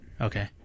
Okay